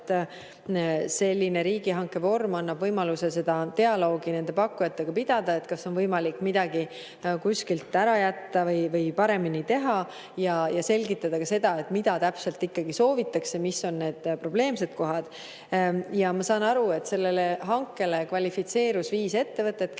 et selline riigihankevorm annab võimaluse pidada pakkujatega dialoogi, et kas on võimalik midagi kuskilt ära jätta või paremini teha, ja selgitada ka seda, mida täpselt ikkagi soovitakse, mis on need probleemsed kohad. Ma saan aru, et sellele hankele kvalifitseerus viis ettevõtet, kellega